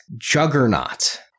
Juggernaut